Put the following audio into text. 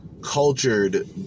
cultured